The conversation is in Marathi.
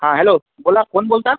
हां हॅलो बोला कोण बोलता